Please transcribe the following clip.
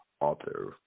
author